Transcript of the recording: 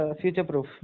future-proof